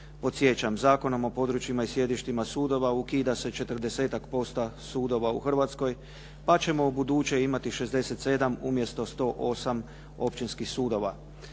Podsjećam, Zakonom o područjima i sjedištima sudova ukida se četrdesetak posto sudova u Hrvatskoj, pa ćemo ubuduće imati 67 umjesto 108 općinskih sudova.